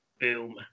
Boom